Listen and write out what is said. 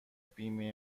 بیمه